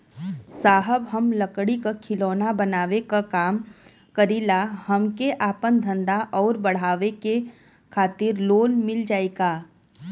साहब हम लंगड़ी क खिलौना बनावे क काम करी ला हमके आपन धंधा अउर बढ़ावे के खातिर लोन मिल जाई का?